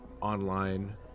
online